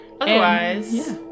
Otherwise